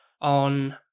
on